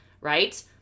right